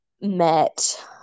met